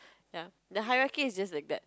ya the hierarchy is just like that